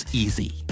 easy